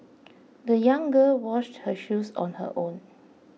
the young girl washed her shoes on her own